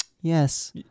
Yes